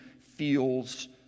feels